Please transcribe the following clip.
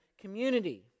community